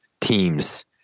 teams